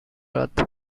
rath